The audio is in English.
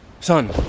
Son